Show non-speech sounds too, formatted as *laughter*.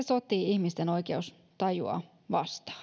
*unintelligible* sotii ihmisten oikeustajua vastaan *unintelligible*